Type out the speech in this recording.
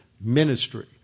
ministry